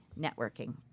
networking